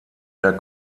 der